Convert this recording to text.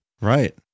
Right